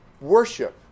worship